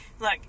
look